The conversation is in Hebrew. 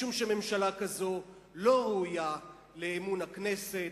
משום שממשלה כזו לא ראויה לאמון הכנסת.